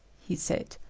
he said.